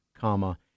comma